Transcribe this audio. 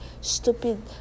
stupid